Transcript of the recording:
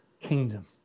kingdom